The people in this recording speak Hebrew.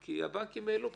כי הבנקים יעלו פתאום.